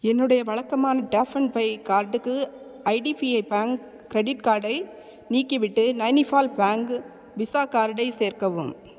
என்னுடைய வழக்கமான tap and pay கார்டுக்கு ஐடிஃபிஐ பேங்க் க்ரெடிட் கார்டை நீக்கிவிட்டு நைனிஃபால் பேங்க் விசா கார்டை சேர்க்கவும்